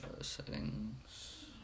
Settings